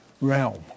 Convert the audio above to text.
realm